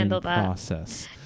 process